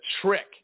trick